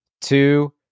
two